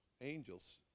Angels